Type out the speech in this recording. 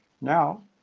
Now